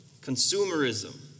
consumerism